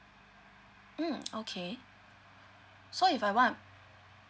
mm okay so if I want